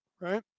right